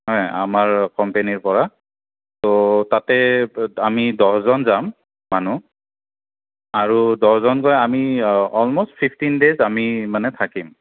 হয় আমাৰ কম্পেনীৰ পৰা ত' তাতে আমি দহজন যাম মানুহ আৰু দহজন গৈ আমি অলম'ষ্ট ফিফটিন দেইজ আমি মানে থাকিম